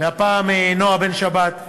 הפעם נועה בן-שבת,